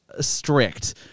strict